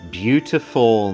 beautiful